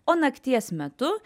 o nakties metu